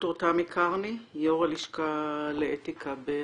ד"ר תמי קרני, יו"ר הלשכה לאתיקה בהר"י,